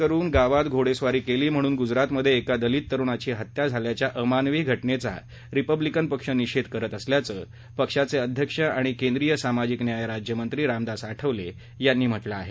घोडा खरेदी करून गावात घोडेस्वारी केली म्हणून गुजरातमध्ये एका दलित तरुणाची हत्या झाल्याच्या अमानवी घटनेचा रिपब्लिकन पक्ष निषेध करत असल्याचं पक्षाचे अध्यक्ष आणि केंद्रीय सामाजिक न्यायराज्यमंत्री रामदास आठवले यांनी म्हटलं आहे